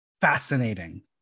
fascinating